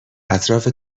اطراف